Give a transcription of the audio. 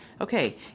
okay